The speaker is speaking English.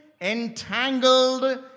entangled